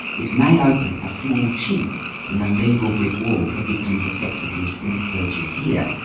it may open a small chink in the legal brick wall for victims of sex abuse in the clergy here.